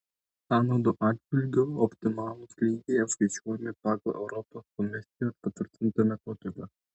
sąnaudų atžvilgiu optimalūs lygiai apskaičiuojami pagal europos komisijos patvirtintą metodiką